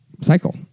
cycle